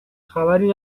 خبری